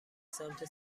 سمت